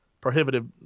prohibitive